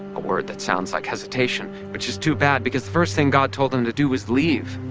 a word that sounds like hesitation, which is too bad because the first thing god told him to do was leave,